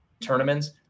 tournaments